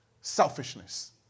selfishness